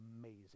amazing